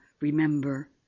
remember